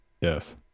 Yes